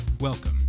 Welcome